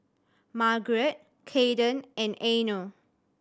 Margaret Kayden and Eino